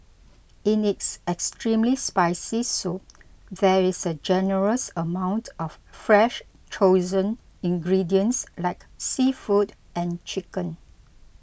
in its extremely spicy soup there is a generous amount of fresh chosen ingredients like seafood and chicken